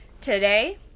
Today